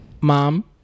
mom